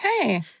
Hey